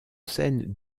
scène